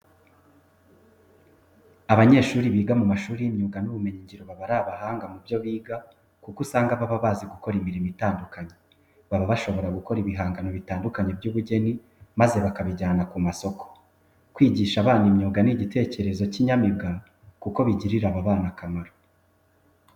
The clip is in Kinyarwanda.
Abanyeshuri biga mu mashuri y'imyuga n'ubumenyingiro baba ari abahanga mu byo biga kuko usanga baba bazi gukora imirimo itandukanye. Baba bashobora gukora ibihangano bitandukanye by'ubugeni maze bakabinjyana ku masiko. Kwigisha abana imyuga ni igitekerezo cy'inyamibwa kuko bigirira aba bana akamaro.